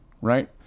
Right